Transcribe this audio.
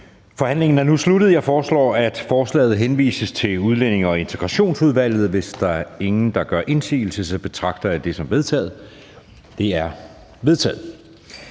Forhandlingen er nu sluttet. Jeg foreslår, at forslaget til folketingsbeslutning henvises til Udlændinge- og Integrationsudvalget. Hvis ingen gør indsigelse, betragter jeg dette som vedtaget. Det er vedtaget.